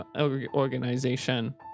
organization